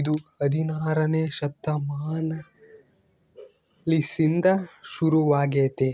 ಇದು ಹದಿನಾರನೇ ಶತಮಾನಲಿಸಿಂದ ಶುರುವಾಗೆತೆ